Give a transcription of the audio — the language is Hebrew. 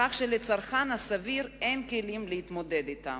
כך שלצרכן הסביר אין כלים להתמודד אתם.